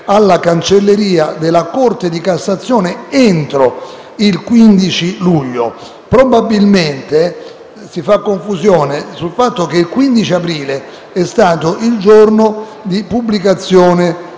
alla cancelleria della Corte di cassazione entro il 15 luglio. Probabilmente, si fa confusione con il fatto che il 15 aprile è stato il giorno di pubblicazione